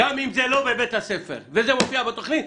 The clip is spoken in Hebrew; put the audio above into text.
גם אם זה לא בבית הספר וזה מופיע בתכנית,